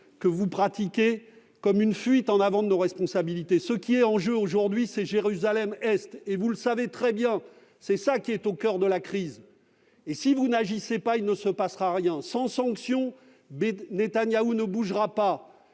que vous pratiquez comme une fuite en avant de nos responsabilités. Ce qui est en jeu, c'est Jérusalem-Est ! Vous savez très bien que c'est là le coeur de la crise. Si vous n'agissez pas, il ne se passera rien. Sans sanction, Netanyahou ne bougera pas.